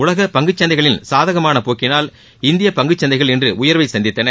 உலக பங்குச் சந்தைகளின் சாதகமான போக்கினால் இந்தியப் பங்குச் சந்தைகள் இன்று உயர்வை சந்தித்தன